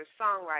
songwriter